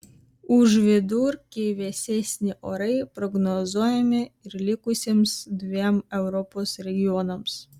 už vidurkį vėsesni orai prognozuojami ir likusiems dviem europos regionams